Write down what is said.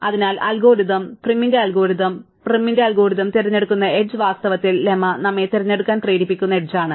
അതിനാൽ അൽഗോരിതം പ്രൈമിന്റെ അൽഗോരിതം പ്രൈമിന്റെ അൽഗോരിതം തിരഞ്ഞെടുക്കുന്ന എഡ്ജ് വാസ്തവത്തിൽ ലെമ്മ നമ്മെ തിരഞ്ഞെടുക്കാൻ പ്രേരിപ്പിക്കുന്ന എഡ്ജ് ആണ്